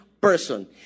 person